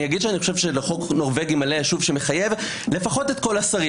אני חושב שחוק נורבגי מלא שמחייב לפחות את כל השרים,